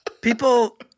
People